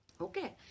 Okay